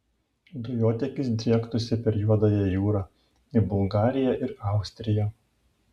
dujotiekis driektųsi per juodąją jūrą į bulgariją ir austriją